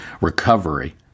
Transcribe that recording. recovery